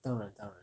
当然当然